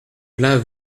plein